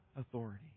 authority